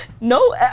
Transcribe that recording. No